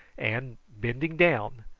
and, bending down,